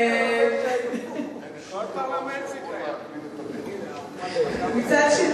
אין שום דבר שיכול להגביל את הביקוש,